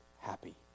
happy